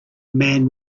man